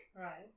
Right